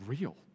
real